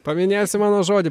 paminėsi mano žodį